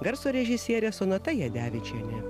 garso režisierė sonata jadevičienė